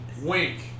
Wink